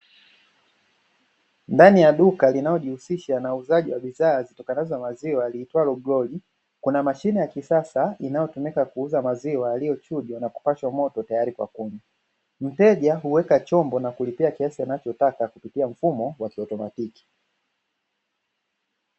Ndani ya duka linalojihisiaha na uuzaji bidhaa zitokanazo na maziwa liitwalo glori. Kuna mashine ya kisasa inayotumika kuuza maziwa yaliyochujwa na kupashwa moto tayari Kwa kunywa. Mteja huweka chombo na kulipia kiasi anachotaka kupitia mfumo wa kiotomatiki.